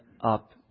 up